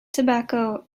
tobacco